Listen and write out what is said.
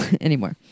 anymore